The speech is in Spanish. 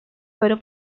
fueron